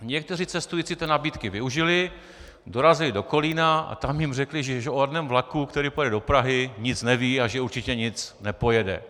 Někteří cestující nabídky využili, dorazili do Kolína a tam jim řekli, že o žádném vlaku, který pojede do Prahy, nic nevědí a že určitě nic nepojede.